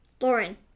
Lauren